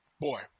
Boy